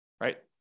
right